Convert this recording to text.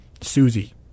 Susie